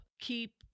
keep